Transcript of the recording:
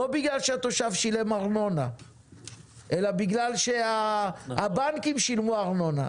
לא בגלל שהתושב שילם ארנונה אלא בגלל שהבנקים שילמו ארנונה.